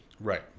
Right